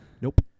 Nope